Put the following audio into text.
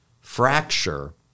fracture